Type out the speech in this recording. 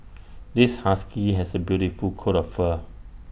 this husky has A beautiful coat of fur